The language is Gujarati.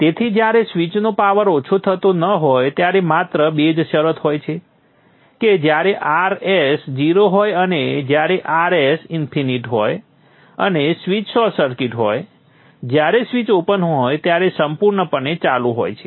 તેથી જ્યારે સ્વીચનો પાવર ઓછો થતો ન હોય ત્યારે માત્ર બે જ શરત હોય છે કે જ્યારે Rs 0 હોય અને જ્યારે Rs ઇન્ફિનિટ હોય અને સ્વીચ શોર્ટ સર્કિટ હોય જ્યારે સ્વીચ ઓપન હોય ત્યારે સંપૂર્ણપણે ચાલુ હોય છે